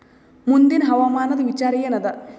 ಮುಂದಿನ ಹವಾಮಾನದ ವಿಚಾರ ಏನದ?